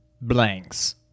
blanks